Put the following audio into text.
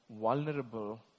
vulnerable